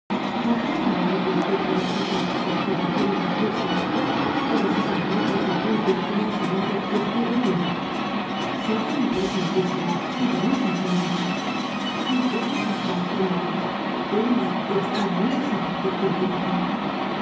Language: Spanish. por qué no recoje usted todas ésas observa ciones dispersas todas esas notas y apuntes que me ha enseñado y escribe un libro se ría interesantísimo y de mucha enseñanza hay cosas hasta geniales de una extraor dinaria sagacidad científica